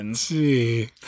See